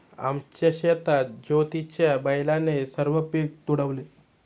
आमच्या शेतात ज्योतीच्या बैलाने सर्व पीक तुडवले